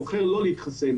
הוא בוחר לא להתחסן,